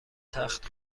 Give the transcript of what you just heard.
تخت